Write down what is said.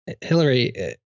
Hillary